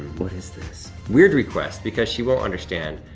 what is this? weird request because you won't understand,